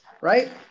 right